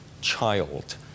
child